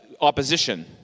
opposition